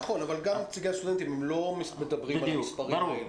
אבל גם נציגי הסטודנטים לא מדברים על המספרים האלה.